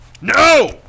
No